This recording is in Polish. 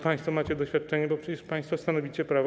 Państwo macie doświadczenie, bo przecież państwo stanowicie prawo.